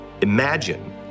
Imagine